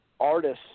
Artists